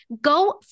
Go